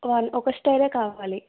one ఒక store ఏ కావాలి